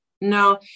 no